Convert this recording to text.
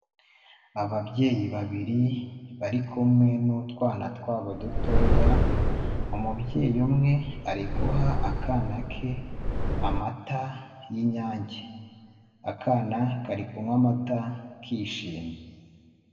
Ababyeyi babiri bari kumwe n'utwana twabo dutoya umubyeyi umwe ari guha akana ke amata y'Inyange, akana kari kunywa amata kishimye.